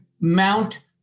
mount